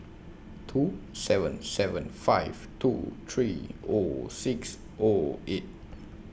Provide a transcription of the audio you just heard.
two seven seven five two three O six O eight